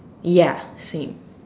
ya same